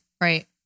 Right